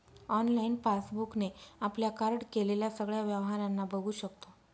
online passbook ने आपल्या card केलेल्या सगळ्या व्यवहारांना बघू शकतो